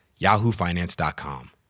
YahooFinance.com